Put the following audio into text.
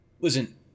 listen